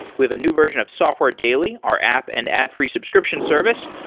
we have a new version of software daily, our app and ad-free subscription service.